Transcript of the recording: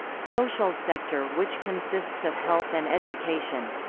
social sector which consists of health and education